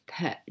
put